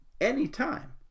anytime